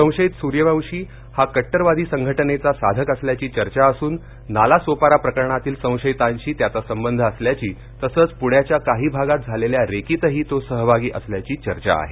संशयीत सुर्यवंशी हा कट्टरवादी संघटनेचा साधक असल्याची चर्चा असून नालासोपारा प्रकरणातील संशयीतांशी त्याचा संबंध आल्याची तसेच पुण्याच्या काही भागात झालेल्या रेकीतही तो सहभागी असल्याची चर्चा आहे